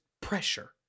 pressure